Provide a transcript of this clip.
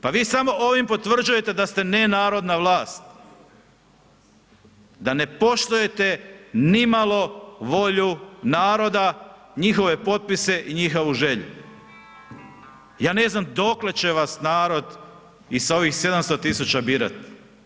Pa vi samo ovim potvrđujete da ste nenarodna vlast, da ne poštujete nimalo volju naroda, njihove potpise i njihovu želju, ja ne znam dokle će vas narod i sa ovih 700.000 birati.